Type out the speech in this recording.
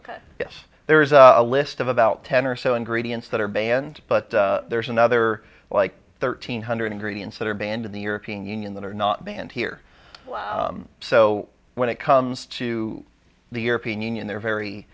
yes yes there is a list of about ten or so and gradients that are banned but there's another like thirteen hundred ingredients that are banned in the european union that are not banned here so when it comes to the european union they're